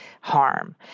harm